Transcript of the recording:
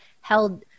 held